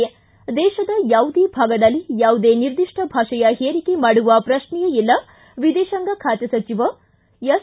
ಿತು ದೇಶದ ಯಾವುದೇ ಭಾಗದಲ್ಲಿ ಯಾವುದೇ ನಿರ್ದಿಷ್ಟ ಭಾಷೆಯ ಹೇರಿಕೆ ಮಾಡುವ ಪ್ರಶ್ನೆಯೇ ಇಲ್ಲ ವಿದೇಶಾಂಗ ಖಾತೆ ಸಚಿವ ಎಸ್